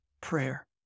prayer